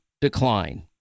decline